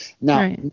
Now